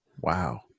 wow